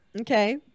Okay